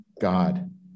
God